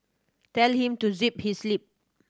tell him to zip his lip